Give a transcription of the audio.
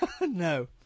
No